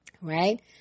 right